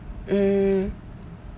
mm